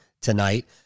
tonight